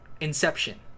Inception